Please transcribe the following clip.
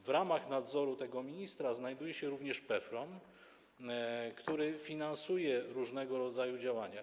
W ramach nadzoru tego ministra znajduje się również PFRON, który finansuje różnego rodzaju działania.